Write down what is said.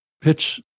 pitch